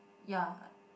ya